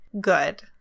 good